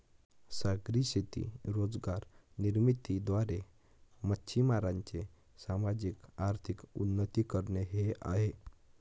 सागरी शेती रोजगार निर्मिती द्वारे, मच्छीमारांचे सामाजिक, आर्थिक उन्नती करणे हे आहे